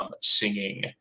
singing